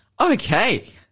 Okay